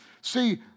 See